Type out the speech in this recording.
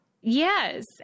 Yes